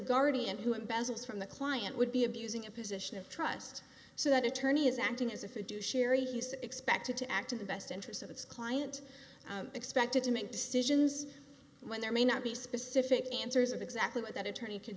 guardian who embezzles from the client would be abusing a position of trust so that attorney is acting as if it do sherry he's expected to act in the best interests of its client expected to make decisions when there may not be specific answers of exactly what that attorney could